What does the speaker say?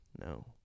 No